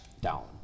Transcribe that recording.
down